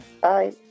bye